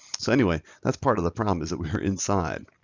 so anyway, that's part of the problem is that we are inside.